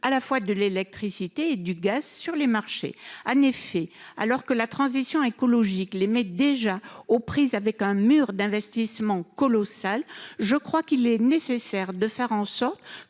à la fois de l'électricité et du gaz sur les marchés. En effet, alors que la transition écologique les mais déjà aux prises avec un mur d'investissement colossal. Je crois qu'il est nécessaire de faire en sorte